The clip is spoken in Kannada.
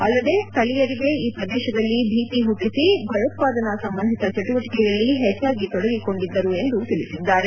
ಅಲ್ಲದೆ ಸ್ಲಳೀಯರಿಗೆ ಈ ಪ್ರದೇಶದಲ್ಲಿ ಭೀತಿ ಹುಟ್ಟಿಸಿ ಭಯೋತ್ಪಾದನಾ ಸಂಬಂಧಿತ ಚಟುವಟಿಕೆಯಲ್ಲಿ ಹೆಚ್ಚಾಗಿ ತೊಡಗಿಕೊಂಡಿದ್ದರು ಎಂದು ತಿಳಿಸಿದ್ದಾರೆ